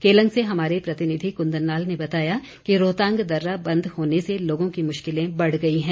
केलंग से हमारे प्रतिनिधि कुंदन लाल ने बताया कि रोहतांग दर्रा बंद होने से लोगों की मुश्किलें बढ़ गई हैं